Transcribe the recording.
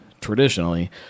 traditionally